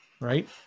right